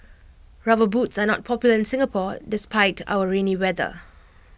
rubber boots are not popular in Singapore despite our rainy weather